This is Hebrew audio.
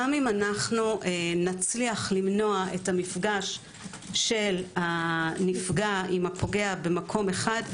גם אם נצליח למנוע את המפגש של הנפגע עם הפוגע במקום אחד,